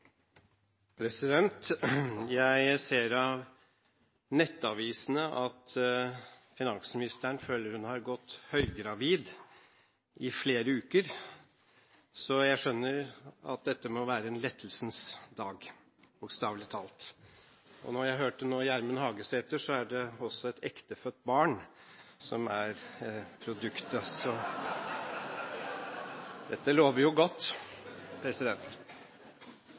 Jeg ser av nettavisene at finansministeren føler hun har gått høygravid i flere uker, så jeg skjønner at dette må være en lettelsens dag – bokstavelig talt. Etter å ha hørt Gjermund Hagesæter kan jeg si at det er et ektefødt barn som er produktet. Dette lover godt.